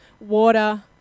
water